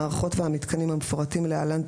המערכות והמיתקנים המפורטים להלן,